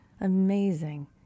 amazing